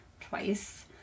twice